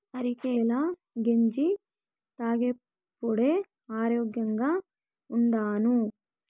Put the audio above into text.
అరికెల గెంజి తాగేప్పుడే ఆరోగ్యంగా ఉండాను